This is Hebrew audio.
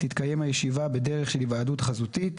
תתקיים הישיבה בדרך של היוועדות חזותית,